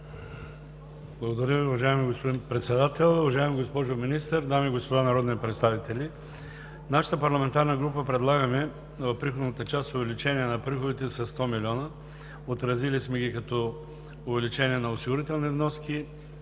Благодаря Ви, уважаеми господин Председател. Уважаема госпожо Министър, дами и господа народни представители! Нашата парламентарна група предлага в приходната част увеличение на приходите със 100 милиона. Отразили сме ги като увеличение на осигурителни вноски,